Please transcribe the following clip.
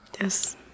yes